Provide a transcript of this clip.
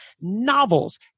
novels